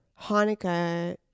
Hanukkah